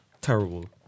terrible